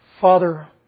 Father